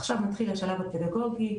עכשיו, מתחיל השלב הפדגוגי.